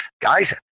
Guys